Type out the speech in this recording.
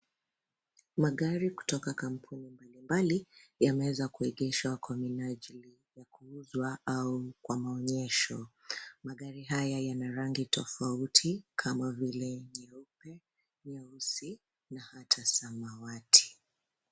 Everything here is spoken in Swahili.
Magari kutoka kampuni mbali mbali yameweza kuegeshwa kwa menajili ya kuuzwa au kwa maonyesho. Magari haya yana rangi tofauti kama vile jeupe, nyeusi na hata samawati.